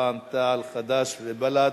רע"ם-תע"ל, חד"ש ובל"ד.